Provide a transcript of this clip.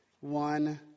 one